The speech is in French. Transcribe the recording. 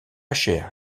chère